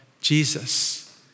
Jesus